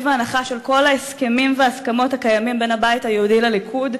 והנחה של כל ההסכמים וההסכמות הקיימים בין הבית היהודי לליכוד.